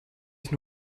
sich